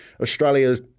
Australia